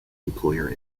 employer